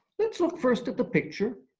let's look first at the picture,